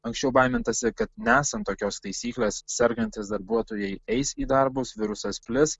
anksčiau baimintasi kad nesant tokios taisyklės sergantys darbuotojai eis į darbus virusas plis